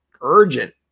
urgent